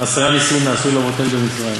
"עשרה נסים נעשו לאבותינו במצרים